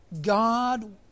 God